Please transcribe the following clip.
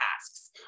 tasks